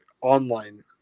online